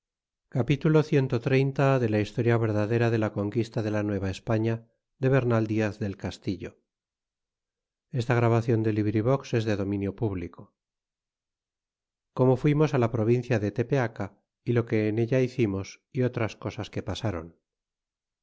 la historia verdadera de los sucesos db la conquista de la nueva españa capitulo cxxx como fuimos la provincia de tepeaca y lo que en ella hicimos y otras cosas que pasaron